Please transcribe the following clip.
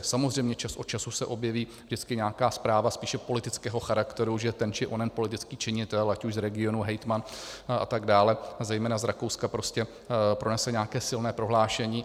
Samozřejmě čas od času se objeví vždycky nějaká zpráva spíše politického charakteru, že ten či onen politický činitel, ať už z regionu, hejtman atd., zejména z Rakouska, pronese nějaké silné prohlášení.